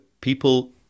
people